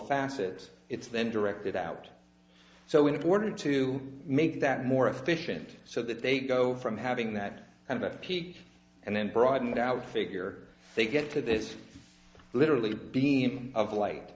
facet it's then directed out so in order to make that more efficient so that they go from having that kind of peak and then broadened out figure they get to this literally beam of light